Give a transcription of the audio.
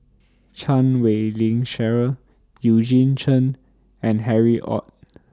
Chan Wei Ling Cheryl Eugene Chen and Harry ORD